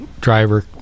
driver